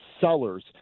sellers